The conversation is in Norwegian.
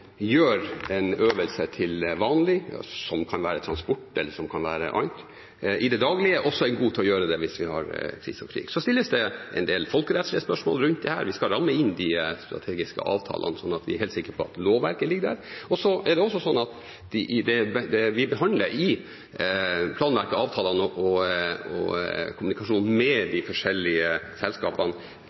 gjør en øvelse til vanlig, som kan være transport eller annet i det daglige, også er gode til å gjøre det hvis vi har krise og krig. Så stilles det en del folkerettslige spørsmål rundt dette. Vi skal ramme inn de strategiske avtalene, slik at vi er helt sikre på at lovverket ligger der. Det er også slik at i det vi behandler i de planlagte avtalene, og i kommunikasjonen med de forskjellige selskapene,